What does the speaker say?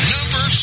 Number